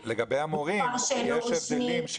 אבל לגבי המורים יש הבדלים.